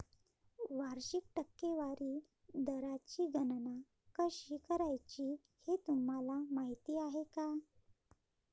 वार्षिक टक्केवारी दराची गणना कशी करायची हे तुम्हाला माहिती आहे का?